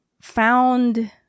found